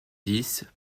dix